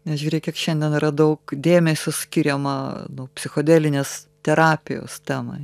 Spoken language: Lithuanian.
nes žiūrėk kiek šiandien yra daug dėmesio skiriama psichodelinės terapijos temai